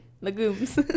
Legumes